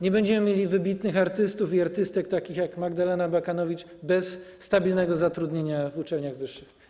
Nie będziemy mieli wybitnych artystów i artystek takich jak Magdalena Abakanowicz bez stabilnego zatrudnienia w uczelniach wyższych.